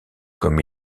comme